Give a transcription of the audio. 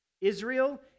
Israel